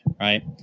right